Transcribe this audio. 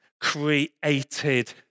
created